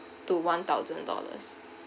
to one thousand dollars